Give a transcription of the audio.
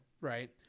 Right